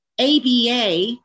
ABA